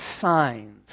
signs